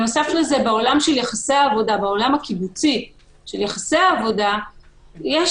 בנוסף לכך, בעולם הקיבוצי של יחסי עבודה יש